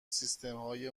سیستمهای